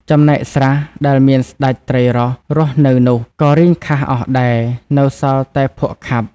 ចំណែកស្រះ ដែលមានស្តេចត្រីរ៉ស់រស់នៅនោះ ក៏រីងខះអស់ដែរ នៅសល់តែភក់ខាប់។